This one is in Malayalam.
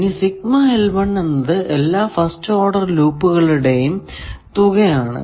ഇനി എന്നത് എല്ലാ ഫസ്റ്റ് ഓഡർ ലൂപ്പുകളുടെയും തുക ആണ്